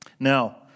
Now